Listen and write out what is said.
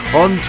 on